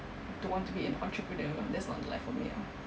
don't want to be an entrepreneur that's not the life for me ah